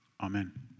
amen